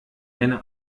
eine